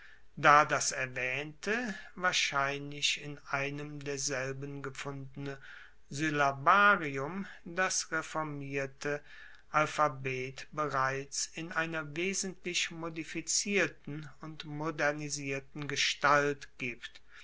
da das erwaehnte wahrscheinlich in einem derselben gefundene syllabarium das reformierte alphabet bereits in einer wesentlich modifizierten und modernisierten gestalt gibt